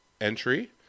entry